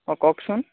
অঁ কওকচোন